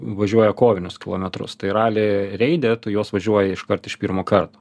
važiuoja kovinius kilometrus tai rali reide tu juos važiuoji iškart iš pirmo karto